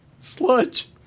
Sludge